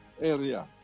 area